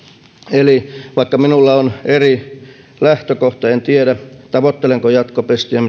eli vaikka minulla on eri lähtökohta kuin edustaja wallinilla en tiedä tavoittelenko jatkopestiä